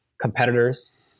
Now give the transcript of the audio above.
competitors